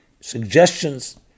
suggestions